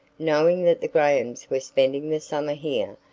knowing that the grahams were spending the summer here,